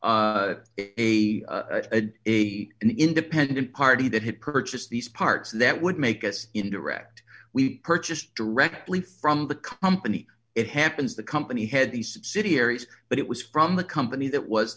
a a a an independent party that had purchased these parts that would make us in direct we purchased directly from the company it happens the company had the subsidiaries but it was from the company that was